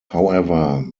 however